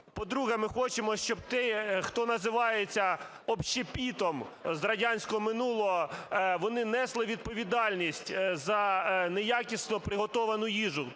По-друге, ми хочемо, щоб ті, хто називається "общєпітом" з радянського минулого, вони несли відповідальність за неякісно приготовлену їжу,